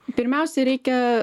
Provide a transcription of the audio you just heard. pirmiausiai reikia